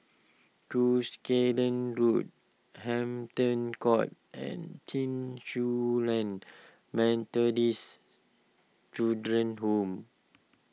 Cuscaden Road Hampton Court and Chen Su Lan Methodist Children's Home